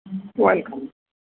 welcome